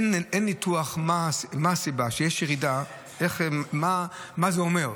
אין ניתוח מה הסיבה שיש ירידה, מה זה אומר.